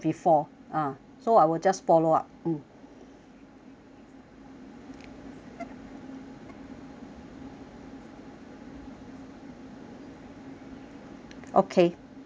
ah so I will just follow up mm okay